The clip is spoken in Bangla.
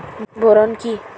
বোরন কি?